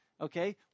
okay